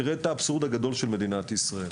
תראה את האבסורד הגדול של מדינת ישראל.